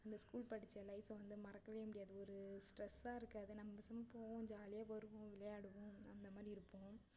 அந்த ஸ்கூல் படித்த லைஃப்பை வந்து மறக்கவே முடியாது ஒரு ஸ்ட்ரெஸாக இருக்காது நம்ப ஸ்கூல் போவோம் ஜாலியாக வருவோம் விளையாடுவோம் அந்தமாதிரி இருப்போம்